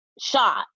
shot